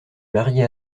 marie